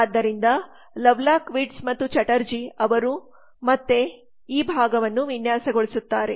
ಆದ್ದರಿಂದ Lovelock Wirtz ಮತ್ತು ಚಟರ್ಜಿLovelock Wirtz and Chatterjee ಅವರು ಮತ್ತೆ ಮಾಡುತ್ತಾರೆ ಅವರು ಮತ್ತೆ ಈ ಭಾಗವನ್ನು ವಿನ್ಯಾಸಗೊಳಿಸುತ್ತಾರೆ